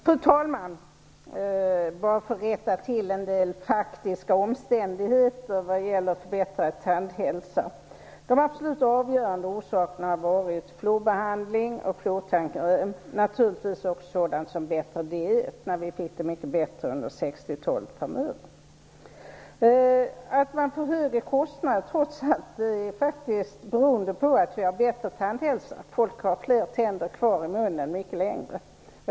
Fru talman! Jag vill rätta till litet grand angående de faktiska omständigheterna vad gäller förbättrad tandhälsa. De absolut avgörande orsakerna har varit fluorbehandling, fluortandkräm och naturligtvis också sådant som bättre diet när vi fick det mycket bättre under 60-talet och framöver. Att man får högre kostnader beror faktiskt på att vi har bättre tandhälsa. Människor har fler tänder kvar i munnen mycket längre.